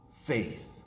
faith